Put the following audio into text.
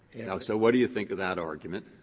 and ah so what do you think of that argument?